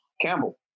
Campbell